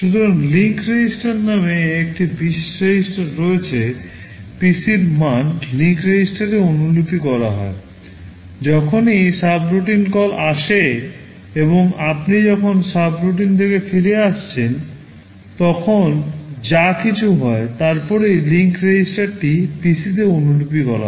সুতরাং link REGISTER নামে একটি বিশেষ REGISTER রয়েছে PCর মান লিঙ্ক রেজিস্টারে আসে এবং আপনি যখন সাবরুটিন থেকে ফিরে আসছেন তখন যা কিছু হয় তারপরেই লিংক REGISTERটি PCতে অনুলিপি করা হয়